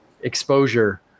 exposure